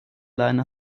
leine